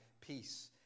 peace